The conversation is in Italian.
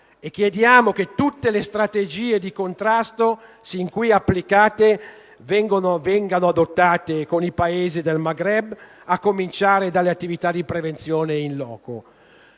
e che tutte le strategie di contrasto fin qui applicate vengano adottate con i Paesi del Maghreb, a cominciare dalle attività di prevenzione *in loco*.